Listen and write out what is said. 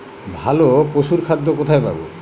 ভালো পশুর খাদ্য কোথায় পাবো?